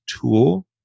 tool